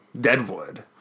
Deadwood